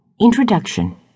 introduction